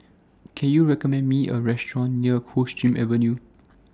Can YOU recommend Me A Restaurant near Coldstream Avenue